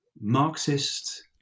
Marxist